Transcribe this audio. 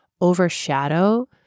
overshadow